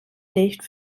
nicht